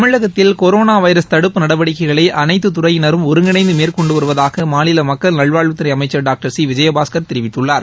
தமிழகத்தில் corona virus தடுப்பு நடவடிக்கைகளை அனைத்து துறையினரும் ஒருங்கிணைந்து மேற்கொண்டு வருவதாக மாநில மக்கள் நல்வாழ்வுத்துறை அமைச்சர் டாக்டர் விஜயபாஸ்கள் தெரிவித்துள்ளார்